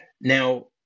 Now